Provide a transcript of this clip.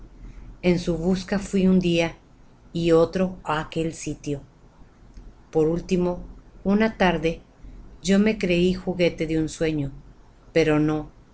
en su busca fui un día y otro á aquel sitio por último una tarde yo me creí juguete de un sueño pero no